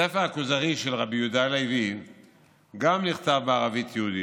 גם ספר הכוזרי של רבי יהודה הלוי נכתב בערבית-יהודית,